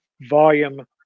volume